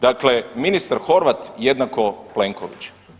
Dakle, ministar Horvat jednako Plenković.